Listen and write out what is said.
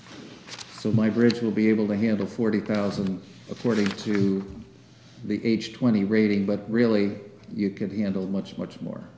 so my bridge will be able to handle forty thousand according to the age twenty rating but really you could handle it much much more